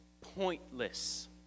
pointless